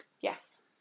Yes